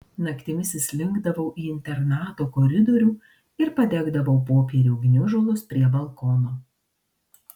naktimis išslinkdavau į internato koridorių ir padegdavau popierių gniužulus prie balkono